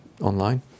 online